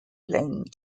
playing